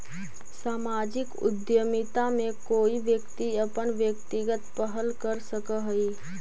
सामाजिक उद्यमिता में कोई व्यक्ति अपन व्यक्तिगत पहल कर सकऽ हई